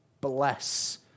bless